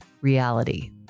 reality